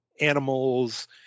animals